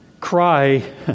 cry